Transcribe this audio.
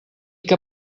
que